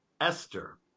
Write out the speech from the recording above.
Esther